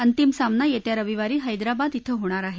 अंतिम सामना येत्या रविवारी हैदराबाद डिं होणार आहे